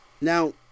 Now